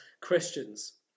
Christians